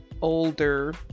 older